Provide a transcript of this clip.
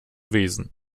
wesen